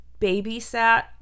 babysat